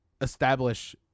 establish